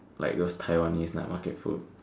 like those Taiwanese night market food